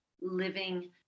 living